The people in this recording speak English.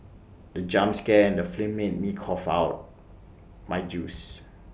the jump scare in the film made me cough out my juice